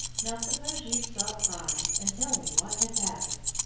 now suppose you stop crying, and tell me what has happened!